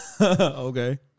Okay